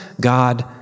God